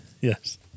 Yes